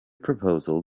proposal